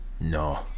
no